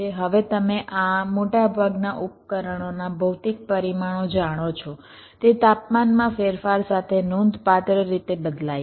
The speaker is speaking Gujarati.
હવે તમે આ મોટાભાગના ઉપકરણોના ભૌતિક પરિમાણો જાણો છો તે તાપમાનમાં ફેરફાર સાથે નોંધપાત્ર રીતે બદલાય છે